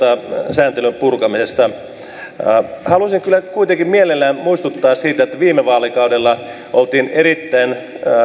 sääntelyn purkamisesta haluaisin kyllä kuitenkin mielelläni muistuttaa siitä että viime vaalikaudella oltiin erittäin